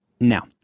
Now